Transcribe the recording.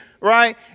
right